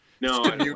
No